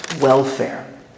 welfare